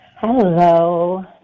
hello